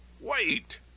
wait